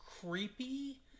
creepy